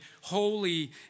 holy